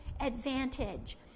advantage